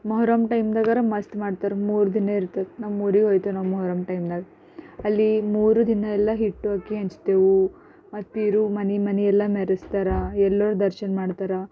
ಮೊಹರಮ್ ಟೈಮ್ದಾಗಾರ ಮಸ್ತ್ ಮಾಡ್ತಾರೆ ಮೂರ್ದಿನ ಇರ್ತದೆ ನಮ್ಮೂರಿಗೆ ಹೋಯ್ತೆ ನಾವು ಮೊಹರಮ್ ಟೈಮ್ದಾಗೆ ಅಲ್ಲಿ ಮೂರು ದಿನ ಎಲ್ಲ ಹಿಟ್ಟು ಅಕ್ಕಿ ಹಂಚ್ತೇವು ಮತ್ತಿರು ಮನೆ ಮನೆ ಎಲ್ಲ ಮೆರೆಸ್ತಾರ ಎಲ್ಲರ ದರ್ಶನ ಮಾಡ್ತಾರೆ